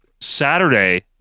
Saturday